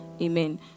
amen